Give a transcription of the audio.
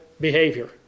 behavior